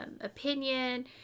opinion